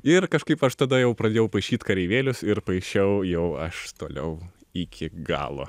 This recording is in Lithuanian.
ir kažkaip aš tada jau pradėjau paišyt kareivėlius ir paišiau jau aš toliau iki galo